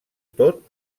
tot